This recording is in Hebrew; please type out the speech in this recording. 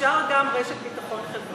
אפשר גם רשת ביטחון חברתית.